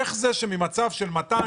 איך זה שממצב של 200,